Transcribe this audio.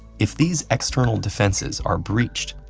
if these external defenses are breached,